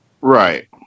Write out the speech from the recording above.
Right